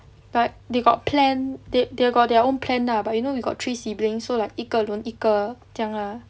like they got plan they they got their own plan lah but you know we got three sibling so like 一个人一个这样 lah